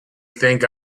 think